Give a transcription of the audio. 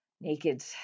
naked